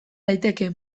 daiteke